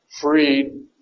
freed